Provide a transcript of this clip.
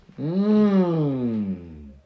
Mmm